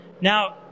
Now